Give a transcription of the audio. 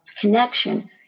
connection